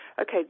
okay